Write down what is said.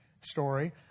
story